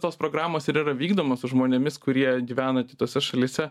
tos programos ir yra vykdomos su žmonėmis kurie gyvena kitose šalyse